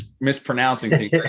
mispronouncing